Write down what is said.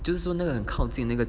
就是说那个靠近那个